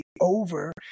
over